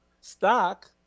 stock